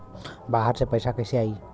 बाहर से पैसा कैसे आई?